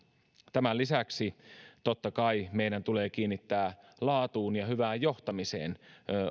tämän lisäksi totta kai meidän tulee kiinnittää huomiota laatuun ja hyvään johtamiseen